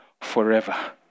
forever